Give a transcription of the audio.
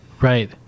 Right